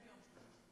ברשות יושב-ראש הכנסת,